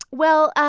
well,